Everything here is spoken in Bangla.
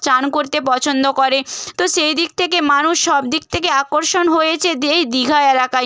চান করতে পছন্দ করে তো সেই দিক থেকে মানুষ সবদিক থেকে আকর্ষণ হয়েছে দী এই দীঘা এলাকায়